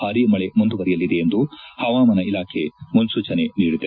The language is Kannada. ಭಾರೀ ಮಳೆ ಮುಂದುವರೆಯಲಿದೆ ಎಂದು ಹವಾಮಾನ ಇಲಾಖೆ ಮುನ್ನೂಚನೆ ನೀಡಿದೆ